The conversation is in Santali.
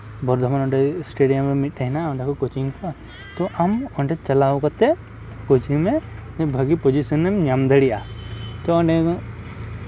ᱵᱚᱨᱫᱷᱚᱢᱟᱱ ᱨᱮ ᱮᱥᱴᱮᱰᱤᱭᱟᱢ ᱢᱤᱫᱴᱮᱱ ᱦᱮᱱᱟᱜᱼᱟ ᱚᱰᱮ ᱠᱚ ᱠᱳᱪᱤᱝ ᱠᱚᱣᱟ ᱛᱳ ᱟᱢ ᱚᱰᱮ ᱪᱟᱞᱟᱣ ᱠᱟᱛᱮᱜ ᱠᱳᱪᱤᱝ ᱢᱮ ᱵᱷᱟᱹᱜᱤ ᱯᱚᱡᱤᱥᱮᱱ ᱮᱢ ᱧᱟᱢ ᱫᱟᱲᱮᱭᱟᱜᱼᱟ ᱛᱳ ᱚᱸᱰᱮ